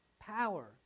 power